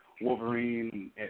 Wolverine